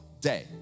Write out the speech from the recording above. day